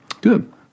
Good